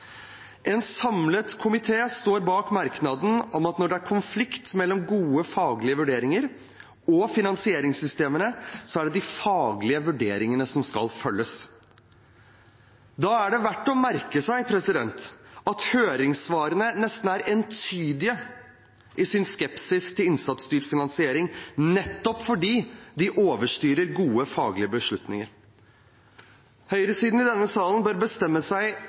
En samlet komité står bak merknaden om at når det er konflikt mellom gode faglige vurderinger og finansieringssystemene, er det de faglige vurderingene som skal følges. Da er det verdt å merke seg at høringssvarene nesten er entydige i sin skepsis til innsatsstyrt finansiering, nettopp fordi de overstyrer gode faglige beslutninger. Høyresiden i denne salen bør bestemme seg